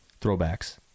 throwbacks